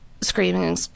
screaming